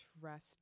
trust